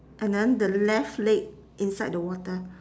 and then the left leg inside the water